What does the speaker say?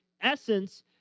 essence